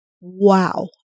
wow